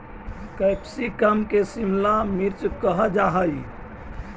capsicum के शिमला मिर्च कहल जा हइ